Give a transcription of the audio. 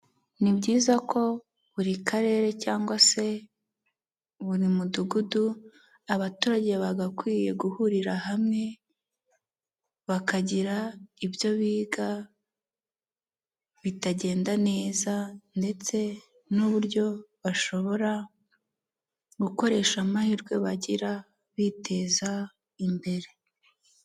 Ni byiza ko buri Karere cyangwa se buri Mudugudu abaturage bagakwiye guhurira hamwe bakagira ibyo biga bitagenda neza ndetse n'uburyo bashobora gukoresha amahirwe bagira biteza imbere.